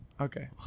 Okay